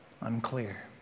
unclear